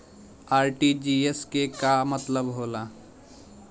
RTGS के का मतलब होला?